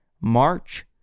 March